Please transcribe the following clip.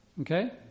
Okay